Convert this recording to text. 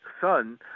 son